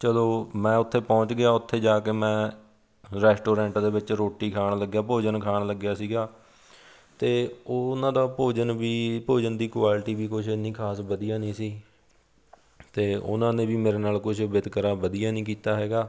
ਚਲੋ ਮੈਂ ਉੱਥੇ ਪਹੁੰਚ ਗਿਆ ਉੱਥੇ ਜਾ ਕੇ ਮੈਂ ਰੈਸਟੋਰੈਂਟ ਦੇ ਵਿੱਚ ਰੋਟੀ ਖਾਣ ਲੱਗਿਆ ਭੋਜਨ ਖਾਣ ਲੱਗਿਆ ਸੀਗਾ ਅਤੇ ਉਹਨਾਂ ਦਾ ਭੋਜਨ ਵੀ ਭੋਜਨ ਦੀ ਕੁਆਲਿਟੀ ਵੀ ਕੁਝ ਇੰਨੀ ਖਾਸ ਵਧੀਆ ਨਹੀਂ ਸੀ ਅਤੇ ਉਹਨਾਂ ਨੇ ਵੀ ਮੇਰੇ ਨਾਲ ਕੁਝ ਵਿਤਕਰਾ ਵਧੀਆ ਨਹੀਂ ਕੀਤਾ ਹੈਗਾ